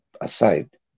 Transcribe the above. aside